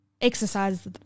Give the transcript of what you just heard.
exercise